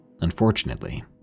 Unfortunately